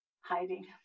hiding